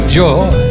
joy